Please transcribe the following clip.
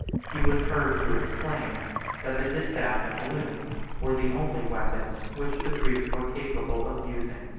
he was heard to exclaim that the distaff and loom were the only weapons which the greeks were capable of using.